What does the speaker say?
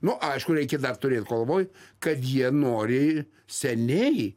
na aišku reikia turėt galvoj kad jie nori seniai